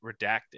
redacted